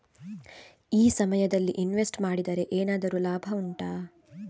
ಈ ಸಮಯದಲ್ಲಿ ಇನ್ವೆಸ್ಟ್ ಮಾಡಿದರೆ ಏನಾದರೂ ಲಾಭ ಉಂಟಾ